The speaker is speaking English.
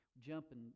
jumping